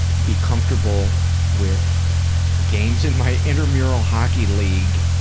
be comfortable with games in my intramural hockey league,